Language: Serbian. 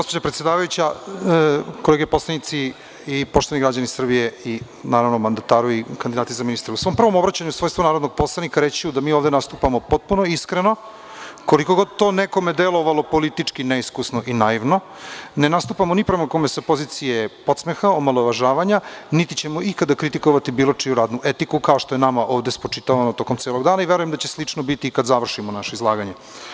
Gospođo predsedavajuća, kolege poslanici i poštovani građani Srbije, i naravno mandataru i kandidati za ministre, u svom prvom obraćanju u svojstvu narodnog poslanika reći ću da mi ovde nastupamo potpuno iskreno, koliko god to nekome delovalo politički neiskusno i naivno, ne nastupamo ni prema kome sa pozicije podsmeha, omalovažavanja niti ćemo ikada kritikovati bilo čiju radnu etiku, kao što je nama ovde spočitavano tokom celog dana, i verujem da će slično biti i kada završimo naše izlaganje.